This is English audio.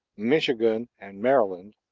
michigan, and maryland,